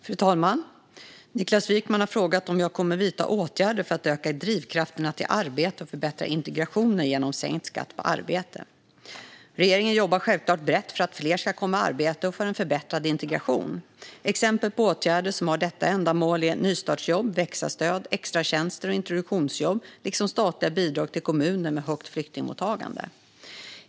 Fru talman! Niklas Wykman har frågat om jag kommer att vidta åtgärder för att öka drivkrafterna till arbete och förbättra integrationen genom sänkt skatt på arbete. Regeringen jobbar självklart brett för att fler ska komma i arbete och för en förbättrad integration. Exempel på åtgärder som har detta ändamål är nystartsjobb, växa-stöd, extratjänster och introduktionsjobb liksom statliga bidrag till kommuner med högt flyktingmottagande.